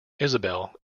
isabel